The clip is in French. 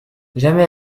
jamais